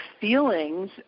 feelings